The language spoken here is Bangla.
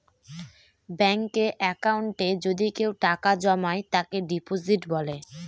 ব্যাঙ্কে একাউন্টে যদি কেউ টাকা জমায় তাকে ডিপোজিট বলে